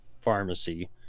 pharmacy